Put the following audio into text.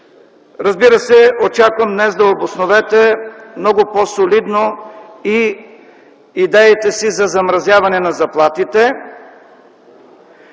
Разбира се, очаквам днес да обосновете много по-солидно и идеите си за замразяване на заплатите.